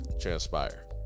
transpire